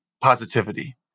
positivity